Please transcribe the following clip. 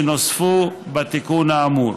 שנוספו בתיקון האמור.